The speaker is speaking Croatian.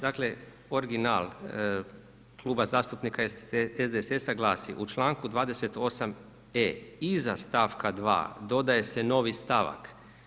Dakle, original Kluba zastupnika SDSS-a glasi, u čl. 28. e, iza stavka 2., dodaje se novi stavak.